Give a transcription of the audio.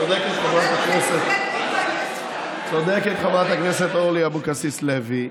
צודקת, חברת הכנסת אורלי אבקסיס לוי.